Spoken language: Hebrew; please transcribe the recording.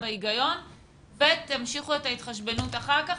בהגיון ואת ההתחשבנות תמשיכו אחר כך.